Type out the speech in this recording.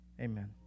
amen